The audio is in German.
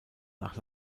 nach